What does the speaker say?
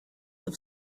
have